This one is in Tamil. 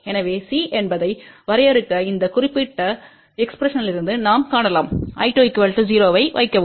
எனவே C என்பதை வரையறுக்க இந்த குறிப்பிட்ட எக்ஸ்பிரஸன்டிலிருந்து நாம் காணலாம் I2 0 ஐவைக்கவும்